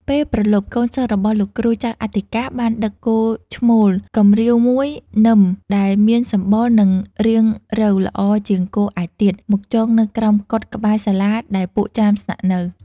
ពេលព្រលប់ កូនសិស្សរបស់លោកគ្រូចៅអធិការបានដឹកគោឈ្មោលកម្រៀវមួយនឹមដែលមានសម្បុរនិងរាងរៅល្អជាងគោឯទៀត មកចងនៅក្រោមកុដិក្បែរសាលាដែលពួកចាមស្នាក់នៅ។